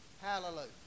Hallelujah